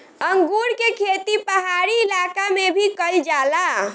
अंगूर के खेती पहाड़ी इलाका में भी कईल जाला